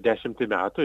dešimtį metų